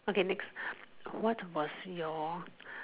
okay next what was your